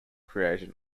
creation